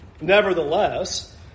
Nevertheless